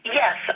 yes